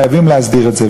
חייבים להסדיר את זה,